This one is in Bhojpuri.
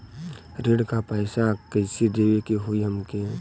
ऋण का पैसा कइसे देवे के होई हमके?